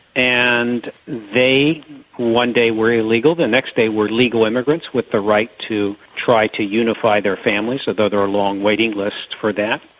and they one day were illegal, the next day were legal immigrants with the right to try to unify their families, although there were long waiting lists for that.